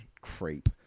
creep